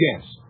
Yes